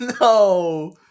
No